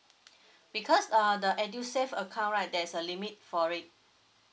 because uh the EDUSAVE account right there's a limit for it